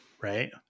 right